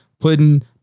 putting